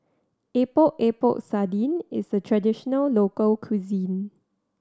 Epok Epok Sardin is a traditional local cuisine